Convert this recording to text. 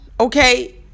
Okay